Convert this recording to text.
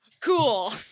Cool